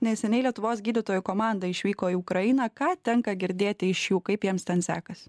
neseniai lietuvos gydytojų komanda išvyko į ukrainą ką tenka girdėti iš jų kaip jiems ten sekasi